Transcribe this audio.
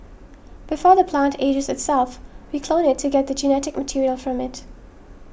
before the plant ages itself we clone it to get the genetic material from it